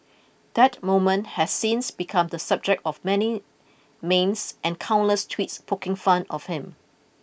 that moment has since become the subject of many memes and countless tweets poking fun of him